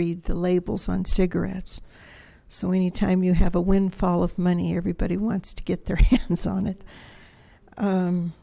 read the labels on cigarettes so anytime you have a windfall of money everybody wants to get their hands on it